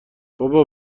بابا